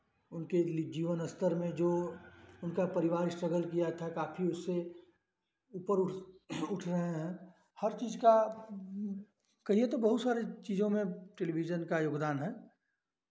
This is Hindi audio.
उनके लि जीवन स्तर में जो उनका परिवार स्ट्रगल किया था काफी उससे ऊपर उ उठ रहे हैं हर चीज़ का कहिये तो बहुत सारे चीज़ों में टेलीविजन का योगदान है